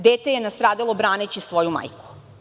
Dete je nastradalo braneći svoju majku.